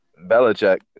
Belichick